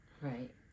right